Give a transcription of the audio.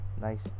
nice